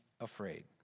afraid